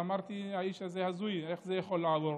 אז אמרתי: האיש הזה הזוי, איך זה יכול לעבור?